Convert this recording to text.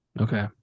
okay